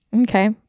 okay